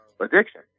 addiction